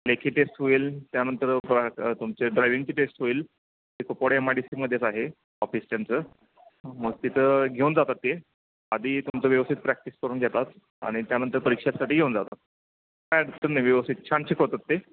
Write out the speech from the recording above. लेखी टेस्ट होईल त्यानंतर तुमचे ड्रायविंगची टेस्ट होईल ते कुपवाड एम आय डी सीमध्येच आहे ऑफिस त्यांचं मग तिथं घेऊन जातात ते आधी तुमचं व्यवस्थित प्रॅक्टिस करून घेतात आणि त्यानंतर परीक्षासाठी येऊन जातात काही अडचण नाही व्यवस्थित छान शिकवतात ते